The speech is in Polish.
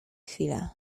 chwilę